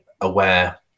aware